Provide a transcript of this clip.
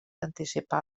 anticipar